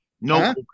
No